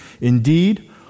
Indeed